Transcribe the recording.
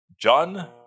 John